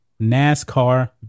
nascar